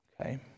okay